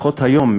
לפחות היום,